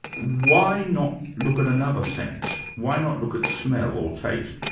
why not look at another sense, why not look at smell or taste,